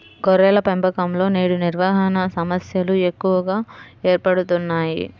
గొర్రెల పెంపకంలో నేడు నిర్వహణ సమస్యలు ఎక్కువగా ఏర్పడుతున్నాయి